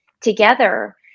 together